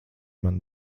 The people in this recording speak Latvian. man